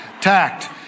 Tact